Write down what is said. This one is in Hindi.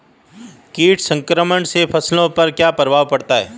कीट संक्रमण से फसलों पर क्या प्रभाव पड़ता है?